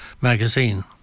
magazine